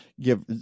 give